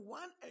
one